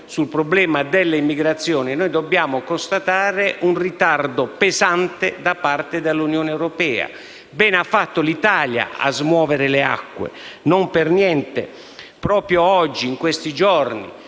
sul problema dell'immigrazione dobbiamo constatare un ritardo pesante da parte dell'Unione europea e bene ha fatto l'Italia a smuovere le acque. Non per niente, proprio oggi e in questi giorni,